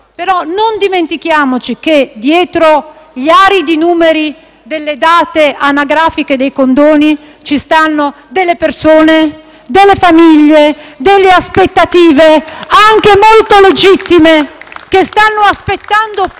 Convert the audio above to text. Però non dimentichiamoci che dietro gli aridi numeri delle date anagrafiche dei condoni ci sono delle persone, delle famiglie, delle aspettative anche molto legittime, che stanno aspettando da